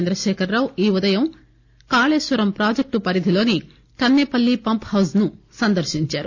చంద్రకేఖర్ రావు ఈ ఉదయం కాళేశ్వరం ప్రాజెక్టు పరిధిలోని కన్నే పల్లి పంప్హౌజ్ ను సందర్నించారు